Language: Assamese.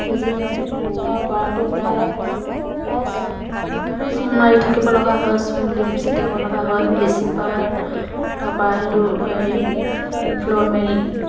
বেজী দিওঁ তেওঁৰ গঁৰালটো প্ৰায় প্ৰায় চূণ চূণ মাৰি থাকিব লগা হয় চূণ দি ছিটিয়াব লগা হয় ব্লিচিং পাউদাৰ তাৰপৰা সেইটো হেৰি ফ্ল'ৰমেল